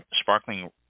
sparkling